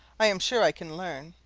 i am sure i can learn,